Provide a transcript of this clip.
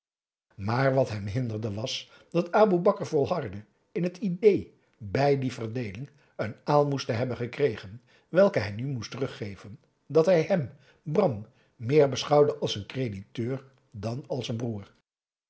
maar wat hem hinderde was dat aboe bakar volhardde in het idéé bij die verdeeling een aalmoes te hebben gekregen welke hij nu moest teruggeven dat hij hem bram meer beschouwde als een crediteur dan als een broer